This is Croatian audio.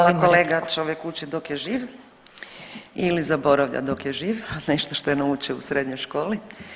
Hvala kolega, čovjek uči dok je živ ili zaboravlja dok je živ, a nešto što je naučio u srednjoj školi.